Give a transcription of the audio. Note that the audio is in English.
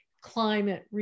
climate